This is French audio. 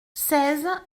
seize